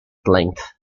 length